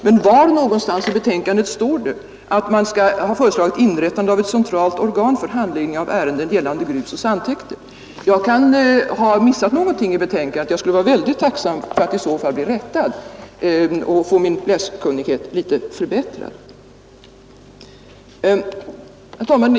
Men var någonstans i betänkandet står det att man har föreslagit inrättandet av ett centralt organ för handläggning av ärenden gällande grusoch sandtäkter? Jag kan ha missat någonting i betänkandet, och jag skulle i så fall vara synnerligen tacksam för att få ett påpekande om min bristande läskunnighet. Herr talman!